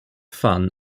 fun